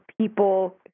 people